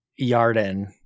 Yarden